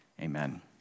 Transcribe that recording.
Amen